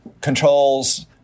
controls